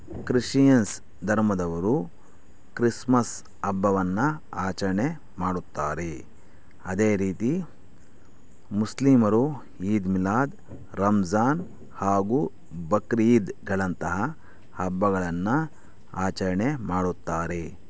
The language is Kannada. ಕ್ರಿಶಿಯನ್ಸ್ ಧರ್ಮದವರು ಕ್ರಿಸ್ಮಸ್ ಹಬ್ಬವನ್ನು ಆಚರಣೆ ಮಾಡುತ್ತಾರೆ ಅದೇ ರೀತಿ ಮುಸ್ಲೀಮರು ಈದ್ ಮಿಲಾದ್ ರಂಜಾನ್ ಹಾಗು ಬಕ್ರೀದ್ಗಳಂತಹ ಹಬ್ಬಗಳನ್ನು ಆಚರಣೆ ಮಾಡುತ್ತಾರೆ